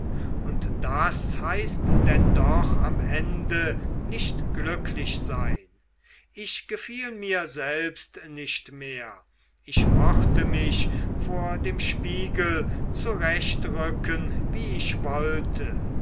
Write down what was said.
und das heißt denn doch am ende nicht glücklich sein ich gefiel mir selbst nicht mehr ich mochte mich vor dem spiegel zurechtrücken wie ich wollte